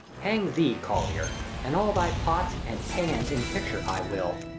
hang thee, collier, and all thy pots, and pans, in picture, i will,